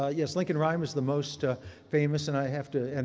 ah yes, lincoln rhyme is the most ah famous. and i have to, and